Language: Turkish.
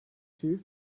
çift